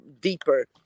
deeper